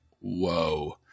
whoa